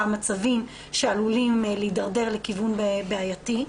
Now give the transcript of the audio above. מצבים שעלולים להידרדר לכיוון בעייתי,